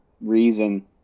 reason